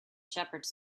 shepherds